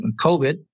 COVID